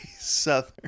southern